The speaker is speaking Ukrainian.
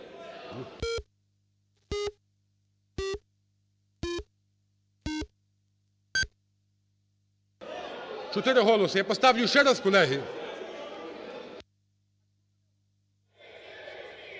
Чотири голоси. Я поставлю ще раз, колеги.